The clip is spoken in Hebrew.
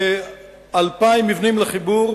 כ-2,000 מבנים לחיבור.